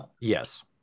Yes